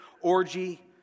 orgy